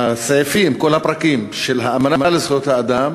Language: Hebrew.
הסעיפים, כל הפרקים של האמנה בדבר זכויות האדם,